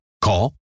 Call